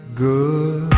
good